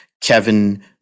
Kevin